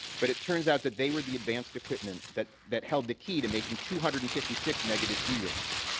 but it turns out that they were the advanced equipment that that held the key to making two hundred and fifty six megabit drams.